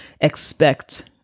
expect